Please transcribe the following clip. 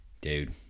dude